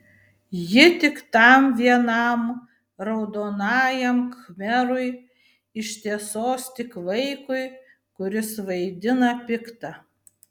ji tik tam vienam raudonajam khmerui iš tiesos tik vaikui kuris vaidina piktą